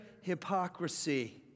hypocrisy